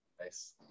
Nice